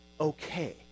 okay